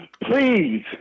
Please